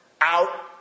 out